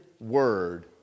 word